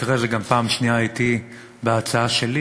במקרה זה גם פעם שנייה אתי, בהצעה שלי,